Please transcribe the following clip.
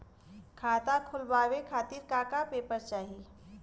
खाता खोलवाव खातिर का का पेपर चाही?